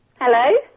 Hello